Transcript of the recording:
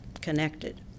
connected